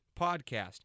podcast